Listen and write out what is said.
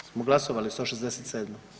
Smo glasovali 167.